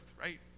right